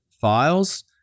files